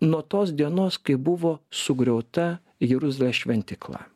nuo tos dienos kai buvo sugriauta jeruzalės šventykla